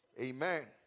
Amen